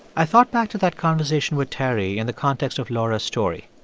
i thought back to that conversation with terry in the context of laura's story.